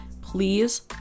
Please